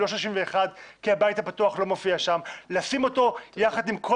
ולא 31 כי הבית הפתוח לא מופיע שם; לשים אותו יחד עם כל